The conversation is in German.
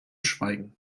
schweigen